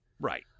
Right